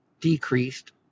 decreased